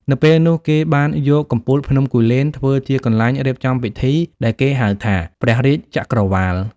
នៅពេលនោះ គេបានយកកំពូលភ្នំគូលែនធ្វើជាកន្លែងរៀបចំពិធីដែលគេហៅថា ព្រះរាជ្យចក្រវាល។